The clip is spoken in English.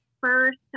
first